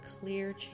clear